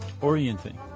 Orienting